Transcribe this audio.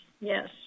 yes